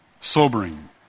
Sobering